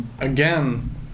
again